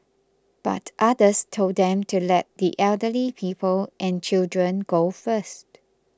but others told them to let the elderly people and children go first